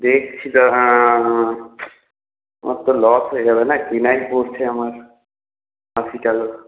দেখছি দাঁড়ান আমার তো লস হয়ে যাবে না কিনাই পড়ছে আমার আশি টাকা